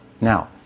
now